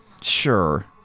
Sure